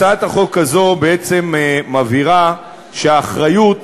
הצעת החוק הזו בעצם מבהירה שהאחריות